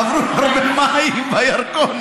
עברו הרבה מים בירקון,